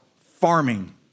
farming